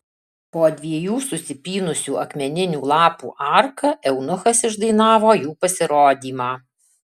po dviejų susipynusių akmeninių lapų arka eunuchas išdainavo jų pasirodymą